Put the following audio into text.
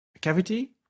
Cavity